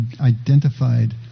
identified